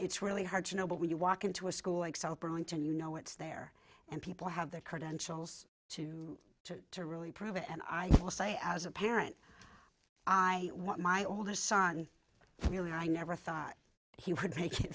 it's really hard to know but when you walk into a school like south burlington you know it's there and people have their credentials to to really prove it and i must say as a parent i want my older son really i never thought he would take i